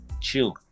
chill